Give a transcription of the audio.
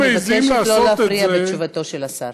אני מבקשת לא להפריע בתשובתו של השר.